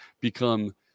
become